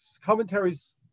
commentaries